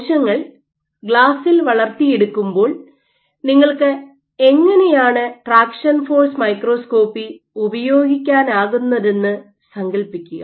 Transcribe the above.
കോശങ്ങൾ ഗ്ലാസിൽ വളർത്തിയെടുക്കുമ്പോൾ നിങ്ങൾക്ക് എങ്ങനെയാണ് ട്രാക്ഷൻ ഫോഴ്സ് മൈക്രോസ്കോപ്പി ഉപയോഗിക്കാനാകുന്നതെന്ന് സങ്കൽപ്പിക്കുക